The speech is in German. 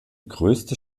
größte